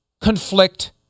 conflict